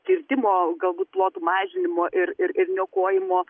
kirtimo galbūt plotų mažinimo ir ir ir niokojimo